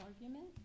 argument